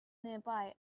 nearby